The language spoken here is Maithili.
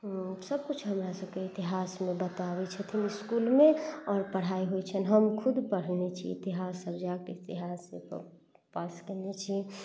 सबकिछ हमरा सबके इतिहासमे बताबै छथिन इसकुलमे आओर पढ़ाइ होइ छै हम खुद पढ़ने छी इतिहास सब्जेक्ट इतिहास पास करने छी